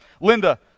Linda